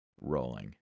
rolling